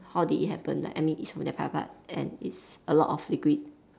how did it happen like I mean it's from their private part and it's a lot of liquid